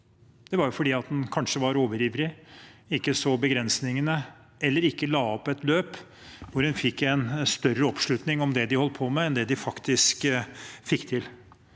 Det var fordi en kanskje var overivrig, ikke så begrensningene eller ikke la opp et løp hvor en fikk større oppslutning om det de holdt på med, enn det de faktisk fikk til.